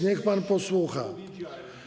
Niech pan posłucha.